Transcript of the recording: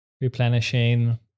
replenishing